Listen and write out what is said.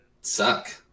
suck